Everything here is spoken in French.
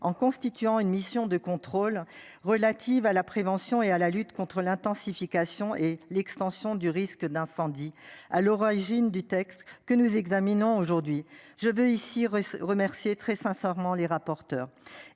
en constituant une mission de contrôle relative à la prévention et à la lutte contre l'intensification et l'extension du risque d'incendie à l'origine du texte que nous examinons aujourd'hui je veux ici remercier très sincèrement les rapporteurs